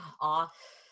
off